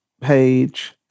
page